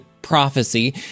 prophecy